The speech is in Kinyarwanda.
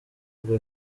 rwo